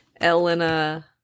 Elena